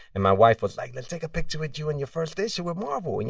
and my wife was like, let's take a picture with you and your first issue with marvel. and, you